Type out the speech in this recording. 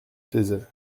taisait